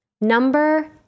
Number